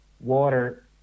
water